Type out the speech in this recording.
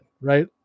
right